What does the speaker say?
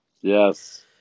Yes